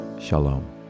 Shalom